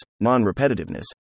non-repetitiveness